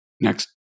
next